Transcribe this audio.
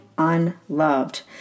unloved